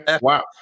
wow